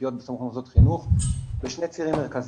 בטיחותיות בסביבת מוסדות חינוך בשני צירים מרכזיים.